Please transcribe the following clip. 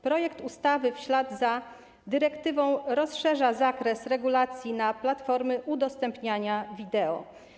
Projekt ustawy w ślad za dyrektywą rozszerza zakres regulacji dotyczących platform udostępniania wideo.